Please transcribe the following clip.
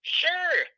sure